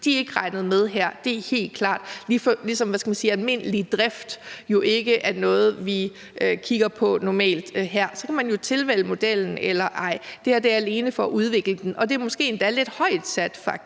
De er ikke regnet med her. Det er helt klart, ligesom almindelig drift jo ikke er noget, vi normalt kigger på her. Så kan man jo tilvælge modellen eller lade være; det her er alene for at udvikle den. Det er måske endda faktisk